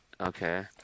Okay